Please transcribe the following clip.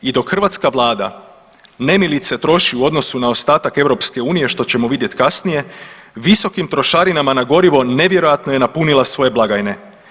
I dok hrvatska vlada nemilice troši u odnosu na ostatak EU što ćemo vidjeti kasnije visokim trošarinama na gorivo nevjerojatno je napunila svoje blagajne.